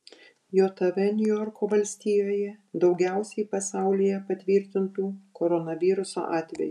jav niujorko valstijoje daugiausiai pasaulyje patvirtintų koronaviruso atvejų